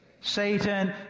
Satan